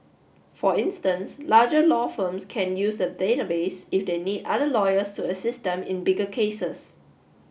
for instance larger law firms can use the database if they need other lawyers to assist them in bigger cases